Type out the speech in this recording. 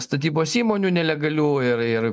statybos įmonių nelegalių ir ir